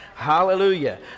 Hallelujah